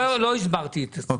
לא הסברתי את עצמי.